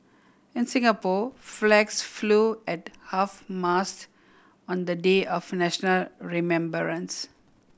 in Singapore flags flew at half mast on the day of national remembrance